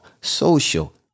social